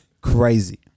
crazy